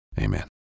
amen